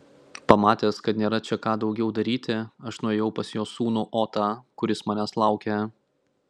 pamatęs kad nėra čia ką daugiau daryti aš nuėjau pas jo sūnų otą kuris manęs laukė